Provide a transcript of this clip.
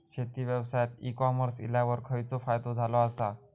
शेती व्यवसायात e-commerce इल्यावर खयचो फायदो झालो आसा?